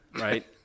right